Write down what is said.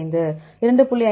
5 2